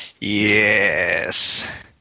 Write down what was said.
Yes